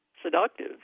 seductive